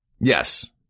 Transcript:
Yes